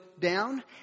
down